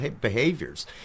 behaviors